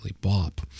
Bop